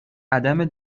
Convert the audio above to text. عدم